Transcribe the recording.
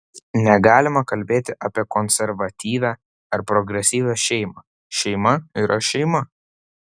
negalima kalbėti apie konservatyvią ar progresyvią šeimą šeima yra šeima